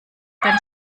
dann